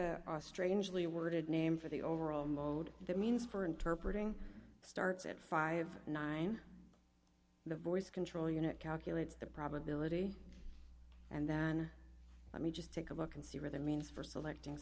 a strangely worded name for the overall mode that means for interpret ing starts at fifty nine the voice control unit calculates the probability and then let me just take a look and see where the means for selecting